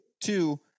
Two